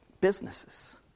businesses